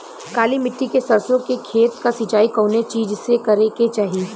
काली मिट्टी के सरसों के खेत क सिंचाई कवने चीज़से करेके चाही?